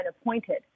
appointed